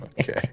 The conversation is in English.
okay